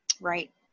right